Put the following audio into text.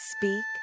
Speak